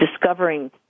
discovering